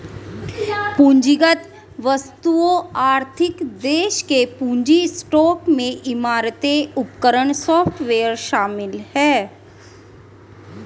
पूंजीगत वस्तुओं आर्थिक देश के पूंजी स्टॉक में इमारतें उपकरण सॉफ्टवेयर शामिल हैं